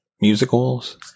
musicals